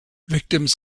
victims